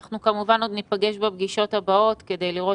אנחנו כמובן עוד ניפגש בפגישות הבאות כדי לראות